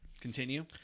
Continue